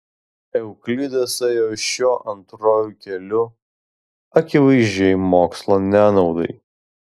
euklidas ėjo šiuo antruoju keliu akivaizdžiai mokslo nenaudai